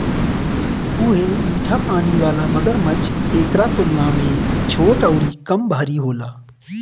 उहे मीठा पानी वाला मगरमच्छ एकरा तुलना में छोट अउरी कम भारी होला